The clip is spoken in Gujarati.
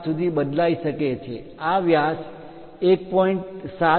5 સુધી બદલાઈ શકે છે આ વ્યાસ 1